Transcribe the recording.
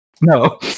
No